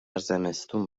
زمستون